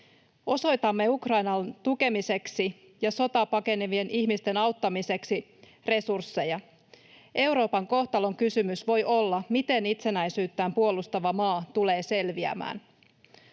Osoitamme Ukrainan tukemiseksi ja sotaa pakenevien ihmisten auttamiseksi resursseja. Euroopan kohtalonkysymys voi olla, miten itsenäisyyttään puolustava maa tulee selviämään.